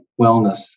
wellness